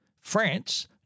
France